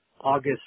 August